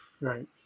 right